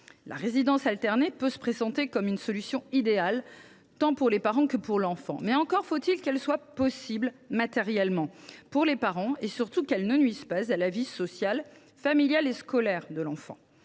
La résidence alternée peut se présenter comme une solution idéale, tant pour les parents que pour l’enfant. Encore faut il qu’elle soit possible matériellement pour les parents et, surtout, qu’elle ne nuise pas à la vie sociale, familiale et scolaire de l’enfant.